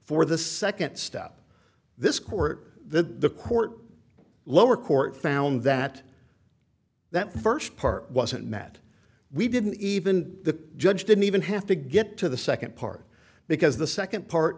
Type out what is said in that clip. for the second step this court the court lower court found that that first part wasn't met we didn't even the judge didn't even have to get to the second part because the second part